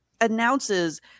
announces